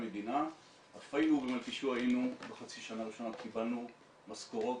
אפילו במלכישוע בחצי שנה הראשונה קיבלנו משכורות